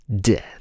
Death